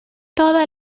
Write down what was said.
toda